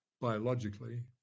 biologically